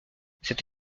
cette